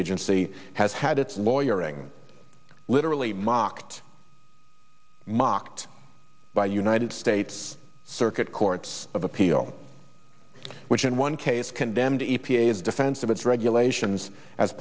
agency has had its lawyer ring literally mocked mocked by united states circuit courts of appeal which in one case condemned e p a s defense of its regulations as